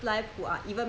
where got ending [one]